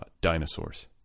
dinosaurs